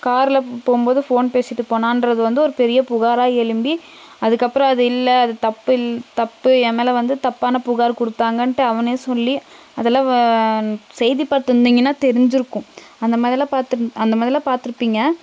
கார்ல போகும்போது ஃபோன் பேசிட்டு போனான்றது வந்து ஒரு பெரிய புகாராக எழும்பி அதுக்கப்புறம் அது இல்லை அது தப்பு இல் தப்பு என் மேலே வந்து தப்பான புகார் கொடுத்தாங்கன்ட்டு அவனே சொல்லி அதெல்லாம் வ செய்தி பார்த்துருந்திங்கன்னா தெரிஞ்சிருக்கும் அந்த மாதிரிலாம் பார்த்து அந்த மாதிரிலாம் பார்த்துருப்பீங்க